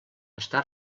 està